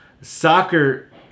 soccer